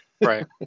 right